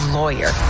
lawyer